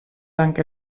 dank